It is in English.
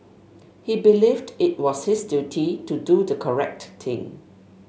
he believed it was his duty to do the correct thing